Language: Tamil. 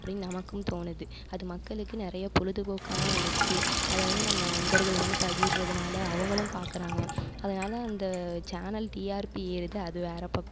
அப்படினு நமக்கும் தோணுது அது மக்களுக்கு நிறையா பொழுதுபோக்காகவும் இருக்கு அதை வந்து நம்ம நண்பர்களுடன் பகிர்றதுனால் அவங்களும் பார்க்குறாங்க அதனால் அந்த சேனல் டீஆர்பி ஏறுது அது வேறு பக்கம்